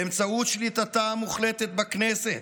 באמצעות שליטתה המוחלטת בכנסת,